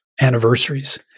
anniversaries